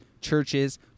churches